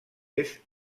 est